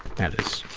that is